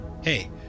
hey